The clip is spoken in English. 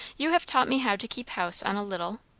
you have taught me how to keep house on a little.